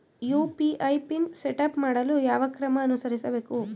UPI PIN setup ಮಾಡಲು ಯಾವ ಕ್ರಮ ಅನುಸರಿಸಬೇಕು?